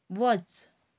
वच